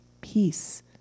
peace